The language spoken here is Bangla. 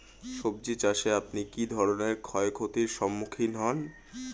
সবজী চাষে আপনি কী ধরনের ক্ষয়ক্ষতির সম্মুক্ষীণ হন?